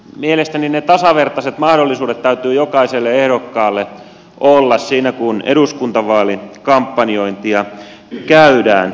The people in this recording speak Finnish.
mielestäni tasavertaiset mahdollisuudet täytyy jokaiselle ehdokkaalle olla siinä kun eduskuntavaalikampanjointia käydään